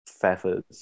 feathers